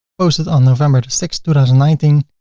posted on november six nineteen.